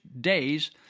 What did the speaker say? days